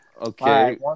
Okay